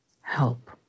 Help